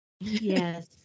Yes